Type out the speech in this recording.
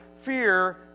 fear